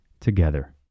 together